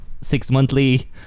six-monthly